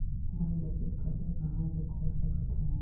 मैं बचत खाता कहां जग खोल सकत हों?